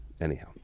Anyhow